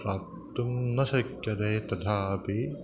प्राप्तुं न शक्यते तथापि